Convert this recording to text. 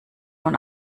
und